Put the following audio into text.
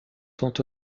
sont